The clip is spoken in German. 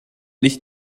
nicht